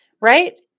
Right